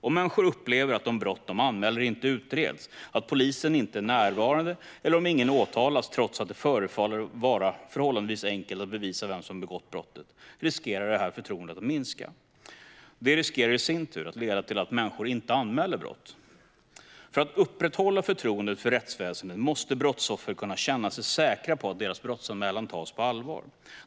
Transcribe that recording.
Om människor upplever att de brott de anmäler inte utreds, att polisen inte är närvarande eller om ingen åtalas, trots att det förefaller vara förhållandevis enkelt att bevisa vem som har begått brottet, riskerar detta förtroende att minska. Det riskerar i sin tur att leda till att människor inte anmäler brott. För att upprätthålla förtroendet för rättsväsendet måste brottsoffer kunna känna sig säkra på att deras brottsanmälan tas på allvar.